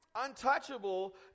untouchable